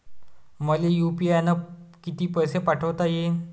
मले यू.पी.आय न किती पैसा पाठवता येईन?